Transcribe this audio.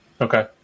Okay